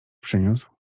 przyniósł